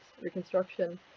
reconstruction